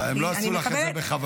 הם לא עשו לך את זה בכוונה.